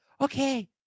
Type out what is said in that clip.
okay